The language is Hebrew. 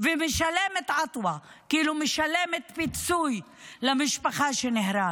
ומשלמת עטווה, כלומר משלמת פיצוי למשפחה של הנהרג,